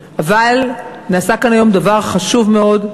לפנינו, אבל נעשה כאן היום דבר חשוב מאוד.